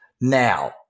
now